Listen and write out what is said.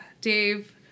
Dave